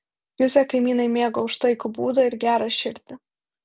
juzę kaimynai mėgo už taikų būdą ir gerą širdį